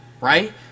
right